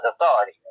authority